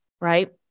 Right